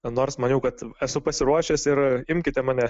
nors maniau kad esu pasiruošęs ir imkite mane